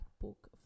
book